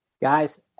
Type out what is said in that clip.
Guys